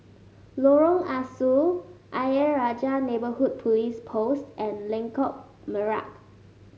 Lorong Ah Soo Ayer Rajah Neighbourhood Police Post and Lengkok Merak